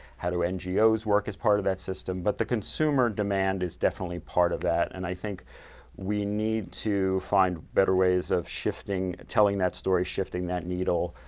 how do ngos work as part of that system? but the consumer demand is definitely part of that, and i think we need to find better ways of telling that story, shifting that needle.